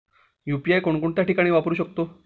UPI कोणकोणत्या ठिकाणी वापरू शकतो?